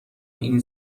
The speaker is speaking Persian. این